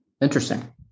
Interesting